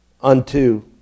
unto